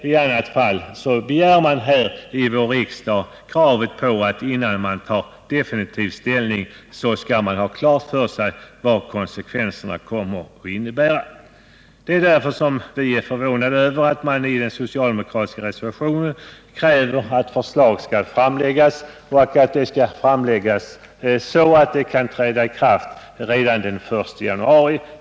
I annat fall möter man här i vår riksdag kravet att innan man tar definitiv ställning skall man ha klart för sig vad konsekvenserna kommer att bli. Därför är vi förvånade över att den socialdemokratiska reservationen kräver att förslag skall framläggas så att det kan träda i kraft redan den 1 januari.